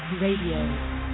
Radio